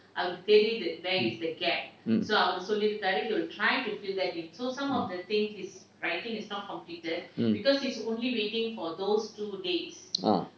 mm mm ah